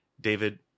David